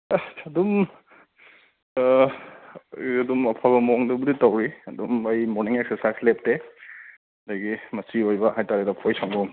ꯑꯁ ꯑꯗꯨꯝ ꯑꯗꯨꯝ ꯑꯐꯕ ꯃꯑꯣꯡꯗꯕꯨꯗꯤ ꯇꯧꯏ ꯑꯗꯨꯝ ꯑꯩ ꯃꯣꯔꯅꯤꯡ ꯑꯦꯛꯁꯔꯁꯥꯏꯁ ꯂꯦꯞꯇꯦ ꯑꯗꯒꯤ ꯃꯆꯤ ꯑꯣꯏꯕ ꯍꯥꯏꯇꯔꯦ ꯂꯐꯣꯏ ꯁꯪꯒꯣꯝ